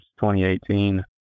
2018